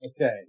Okay